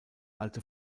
alte